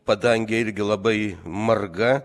padangė irgi labai marga